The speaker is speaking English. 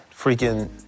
freaking